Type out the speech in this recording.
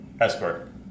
Escort